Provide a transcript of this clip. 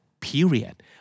Period